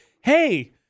hey